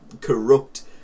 corrupt